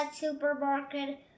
supermarket